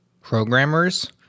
programmers